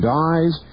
dies